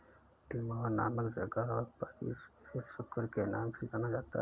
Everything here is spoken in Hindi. तिमोर नामक जगह पर इसे सुकर के नाम से जाना जाता है